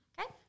Okay